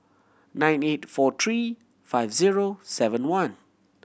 nine eight four three five zero seven one